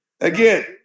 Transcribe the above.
Again